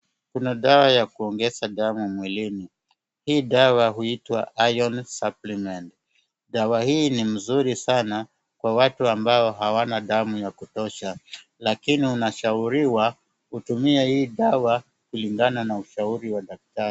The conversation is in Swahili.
Kuna ya kuongeza damu mwilini. Hii dawa huitwa iron suppliment . Dawa hii ni mzuri sana kwa watu ambao hawana damu ya kutosha lakini unashauriwa kutumia hii dawa kulingana na ushauri wa daktari.